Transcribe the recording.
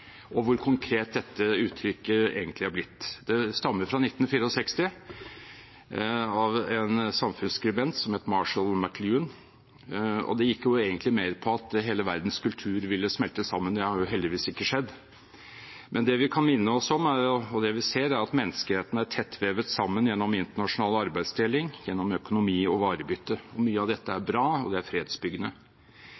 og hvor konkret dette uttrykket egentlig er blitt. Det stammer fra 1964 av en samfunnsskribent som het Marshall McLuhan, og det gikk egentlig mer på at hele verdens kultur ville smelte sammen – det har heldigvis ikke skjedd. Men det vi kan minne oss om, og det vi ser, er at menneskeheten er tett vevet sammen gjennom internasjonal arbeidsdeling, gjennom økonomi og varebytte. Mye av dette er